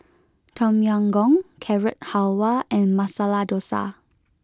Tom Yam Goong Carrot Halwa and Masala Dosa